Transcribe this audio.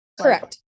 Correct